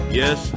yes